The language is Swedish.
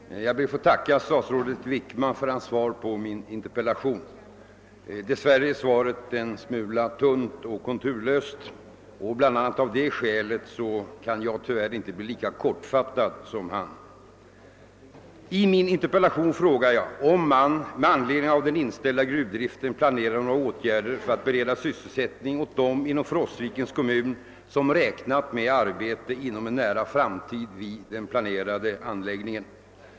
Herr talman! Jag ber att få tacka statsrådet Wickman för hans svar på min interpellation. Dess värre är svaret en smula tunt och konturlöst, och bl, a. av det skälet kan jag tyvärr inte bli lika kortfattad som han. I min interpellation frågade jag, om man med anledning av den inställda gruvdriften planerade några åtgärder för att bereda sysselsättning åt dem inom Frostvikens kommun som räknat med arbete inom en nära framtid vid den planerade anläggningen.